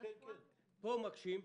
פה מקשים ללמד,